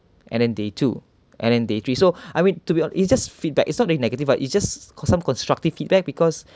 and then day two and then day three so I mean to be ho~ it's just feedback it's not really negative right it's just some constructive feedback because